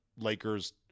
Lakers